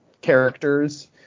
characters